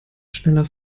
schneller